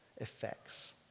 effects